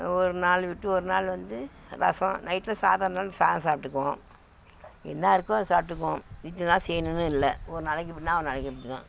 ஒரு நாள் விட்டு ஒரு நாள் வந்து ரசம் நைட்டில் சாதம் இருந்தாலும் சாதம் சாப்பிட்டுக்குவோம் என்ன இருக்கோ அத சாப்பிட்டுக்குவோம் இது தான் செய்யணுனு இல்லை ஒரு நாளைக்கு இப்படினா ஒரு நாளைக்கு இப்படி தான்